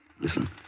Listen